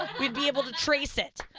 we'd be able to trace it.